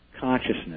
consciousness